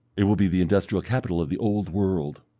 it will be the industrial capital of the old world.